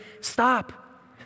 Stop